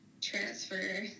transfer